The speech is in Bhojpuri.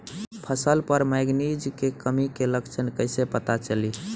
फसल पर मैगनीज के कमी के लक्षण कइसे पता चली?